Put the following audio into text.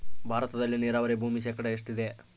ಭಾರತದಲ್ಲಿ ನೇರಾವರಿ ಭೂಮಿ ಶೇಕಡ ಎಷ್ಟು ಇದೆ?